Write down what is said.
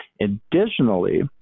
Additionally